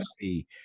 see